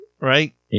right